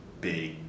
big